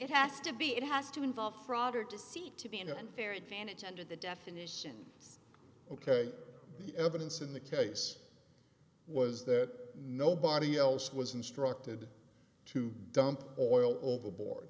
it has to be it has to involve fraud or to see it to be an unfair advantage under the definition ok the evidence in the case was that nobody else was instructed to dump oil overboard